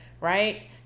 right